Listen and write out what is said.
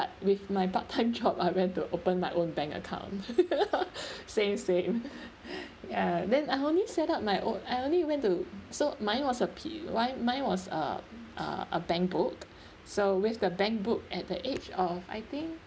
I with my part-time job I ran to open my own bank account same same ya then I only set up my own I only went to so mine was a p~ mine mine was uh uh a bank book so with the bank book at the age of I think